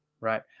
Right